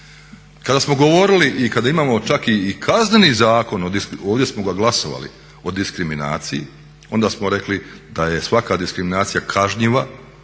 Kada smo govorili i kada imamo čak i Kazneni zakon, ovdje smo ga glasovali o diskriminaciji onda smo rekli da je svaka diskriminacija kažnjiva